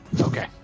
Okay